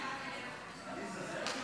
שמירה על ביטחון הציבור (תיקון מס' 8),